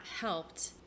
helped